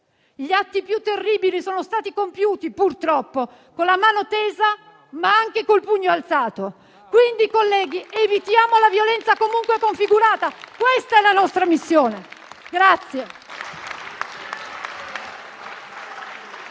Gli atti più terribili sono stati compiuti, purtroppo, con la mano tesa, ma anche col pugno alzato. Quindi, colleghi, evitiamo la violenza comunque configurata. Questa è la nostra missione.